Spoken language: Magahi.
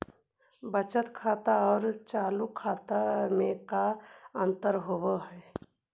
बचत खाता और चालु खाता में का अंतर होव हइ?